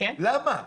למה?